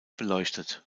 beleuchtet